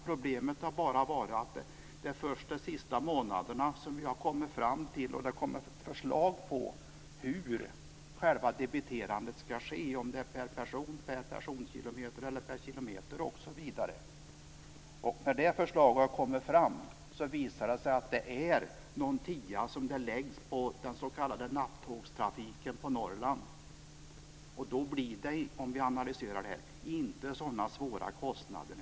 Problemet är bara att det är först de senaste månaderna som vi har fått fram förslag på hur själva debiteringen ska gå till, dvs. om det ska ske per person, per personkilometer, per kilometer osv. När det förslaget blev klart visade det sig att det rör sig om någon tia per resenär som läggs på den s.k. nattågstrafiken till Norrland. Om man analyserar detta finner man att det inte är så svåra kostnader.